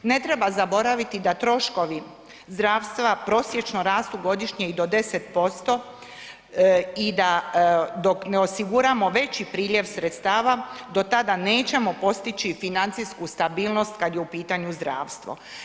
Ne treba zaboraviti da troškovi zdravstva prosječno rastu godišnje i do 10% i da dok ne osiguramo veći priljev sredstava do tada nećemo postići financijsku stabilnost kad je u pitanju zdravstvo.